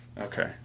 Okay